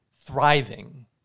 thriving